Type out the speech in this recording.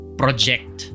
project